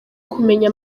kumenya